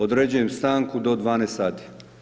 Određuje stanku do 12 sati.